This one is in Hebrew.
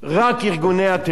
רק ארגוני הטרור.